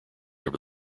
over